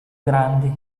grandi